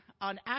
on